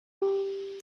blue